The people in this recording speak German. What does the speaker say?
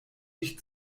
ich